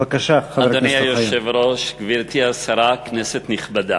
בבקשה, חבר הכנסת אוחיון.